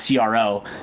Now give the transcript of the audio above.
CRO